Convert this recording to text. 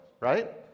right